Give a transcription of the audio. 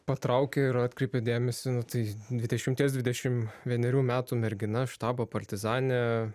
patraukė ir atkreipė dėmesį nu tai dvidešimties dvidešim vienerių metų mergina štabo partizanė